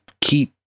keep